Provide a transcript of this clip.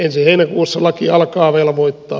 ensi heinäkuussa laki alkaa velvoittaa